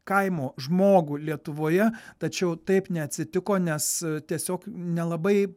kaimo žmogų lietuvoje tačiau taip neatsitiko nes tiesiog nelabai